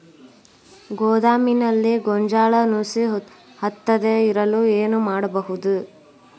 ಗೋದಾಮಿನಲ್ಲಿ ಗೋಂಜಾಳ ನುಸಿ ಹತ್ತದೇ ಇರಲು ಏನು ಮಾಡುವುದು?